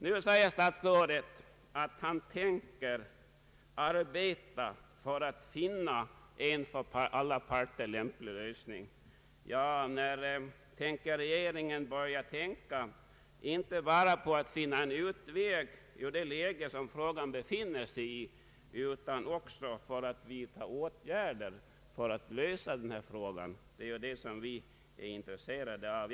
Nu säger statsrådet att han tänker arbeta för att finna en utväg ur det läge frågan befinner sig i. När ämnar regeringen börja tänka inte bara på att finna en utväg ur det läge som frågan befinner sig i utan också på att vidta åtgärder för att lösa frågan? Det är detta som vi är intresserade av.